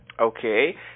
Okay